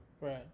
right